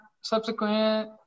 Subsequent